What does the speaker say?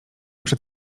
przed